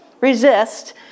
Resist